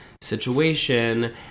situation